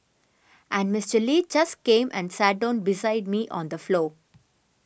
and Mister Lee just came and sat down beside me on the floor